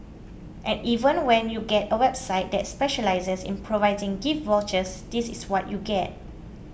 and even when you get a website that specialises in providing gift vouchers this is what you get